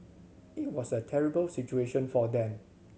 it was a terrible situation for them